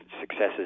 successes